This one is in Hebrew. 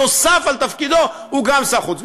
נוסף על תפקידו הוא גם שר החוץ.